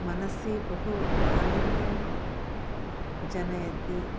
मनसि बहु आनन्दं जनयति